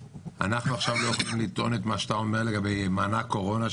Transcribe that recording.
אנחנו עכשיו לא יכולים לטעון את מה שאתה אומר לגבי מענק קורונה,